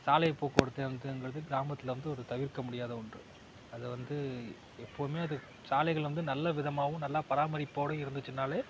சாலை போக்குவரத்து அதுங்கிறது கிராமத்தில் வந்து ஒரு தவிர்க்க முடியாத ஒன்று அதை வந்து எப்போவுமே அது சாலைகள் வந்து நல்ல விதமாவும் நல்லா பராமரிப்போடையும் இருந்துச்சுன்னாலே